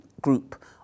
group